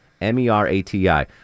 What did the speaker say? M-E-R-A-T-I